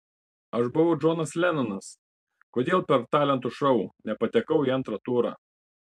aš buvau džonas lenonas kodėl per talentų šou nepatekau į antrą turą